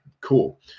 cool